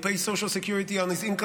will pay social security on his income